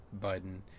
Biden